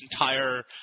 entire